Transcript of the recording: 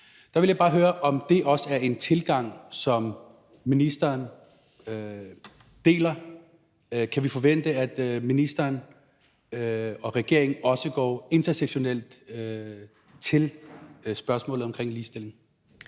Der vil jeg bare høre, om det også er en tilgang, som ministeren deler. Kan vi forvente, at ministeren og regeringen også går intersektionelt til spørgsmålet om ligestilling?